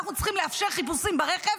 אנחנו צריכים לאפשר חיפושים ברכב,